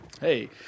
Hey